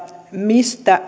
mistä